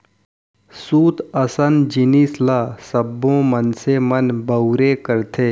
सूत असन जिनिस ल सब्बो मनसे मन बउरबे करथे